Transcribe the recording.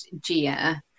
Gia